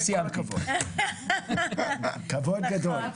כבוד גדול.